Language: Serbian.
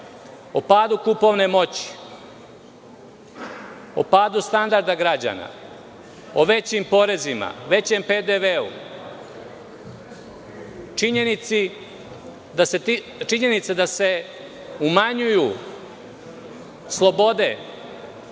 o padu kupovne moći, o padu standarda građana, o većim porezima, većem PDV, činjenica da se umanjuju slobode,